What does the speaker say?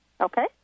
Okay